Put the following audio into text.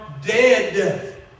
dead